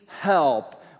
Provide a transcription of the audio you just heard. help